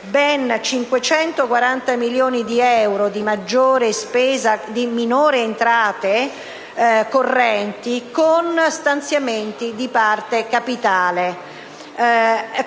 ben 540 milioni di euro di minori entrate correnti con stanziamenti di parte capitale,